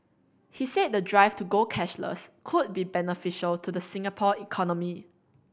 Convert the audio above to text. he said the drive to go cashless could be beneficial to the Singapore economy